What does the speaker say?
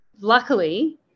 luckily